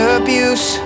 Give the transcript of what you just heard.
abuse